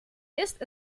ist